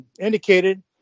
indicated